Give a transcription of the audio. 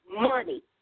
money